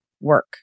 work